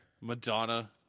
Madonna